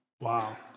Wow